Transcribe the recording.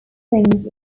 buildings